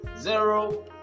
zero